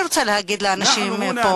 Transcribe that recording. אני רוצה להגיד לאנשים פה,